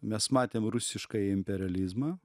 mes matėm rusiškąjį imperializmą